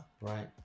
right